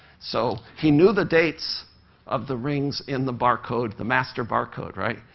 so he knew the dates of the rings in the barcode the master barcode, right?